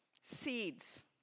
seeds